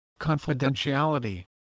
Confidentiality